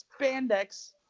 spandex